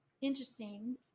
interesting